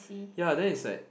ya then it's like